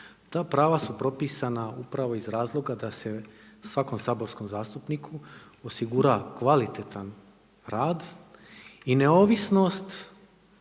ta prava su propisana upravo iz razloga da se svakom saborskom zastupniku osigura kvalitetan rad i neovisnost,